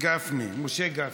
משה גפני.